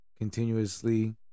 continuously